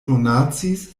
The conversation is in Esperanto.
donacis